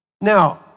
Now